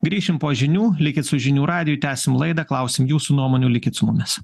grįšim po žinių likit su žinių radiju tęsim laidą klausim jūsų nuomonių likit su mumis